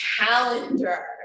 calendar